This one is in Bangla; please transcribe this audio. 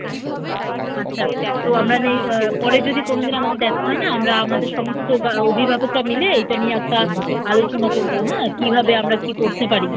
আচ্ছা তো মানে পরে যদি কোনো দিন আমাদের দেখা হয় না আমরা আমাদের সমস্ত গা অভিভাবকরা মিলে এইটা নিয়ে একটা আলোচনা করবো হ্যাঁ কীভাবে আমরা কী করতে পারি